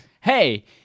hey